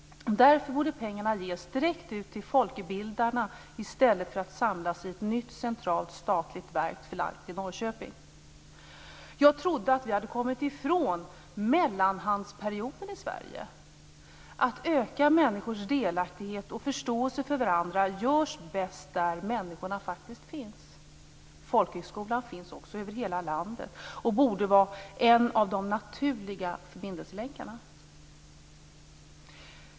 Därför borde pengarna ges direkt till folkbildarna i stället för att samlas i ett nytt centralt statligt verk förlagt till Norrköping. Jag trodde att vi hade kommit ifrån mellanhandsperioden i Sverige. Att öka människors delaktighet och förståelse för varandra görs bäst där människorna faktiskt finns. Folkhögskolan finns också över hela landet och borde vara en av de naturliga förbindelselänkarna.